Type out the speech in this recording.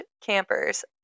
campers